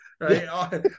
Right